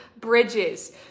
bridges